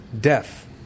death